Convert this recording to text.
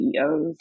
CEOs